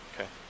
Okay